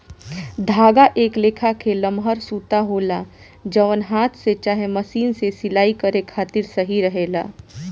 धागा एक लेखा के लमहर सूता होला जवन हाथ से चाहे मशीन से सिलाई करे खातिर सही रहेला